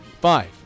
Five